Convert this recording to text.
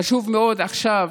חשוב מאוד עכשיו,